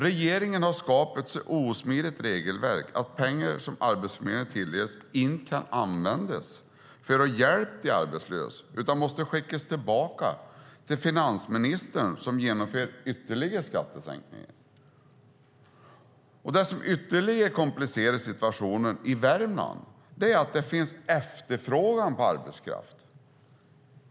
Regeringen har skapat ett så osmidigt regelverk att pengar som Arbetsförmedlingen tilldelas inte kan användas för att hjälpa de arbetslösa utan måste skickas tillbaka till finansministern, som genomför ytterligare skattesänkningar. Det som ytterligare komplicerar situationen i Värmland är att det finns efterfrågan på arbetskraft.